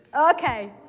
okay